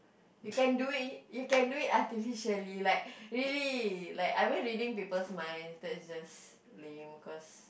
you can do it you can do it artificially like really like I mean reading people's mind that's just lame cause